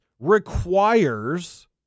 requires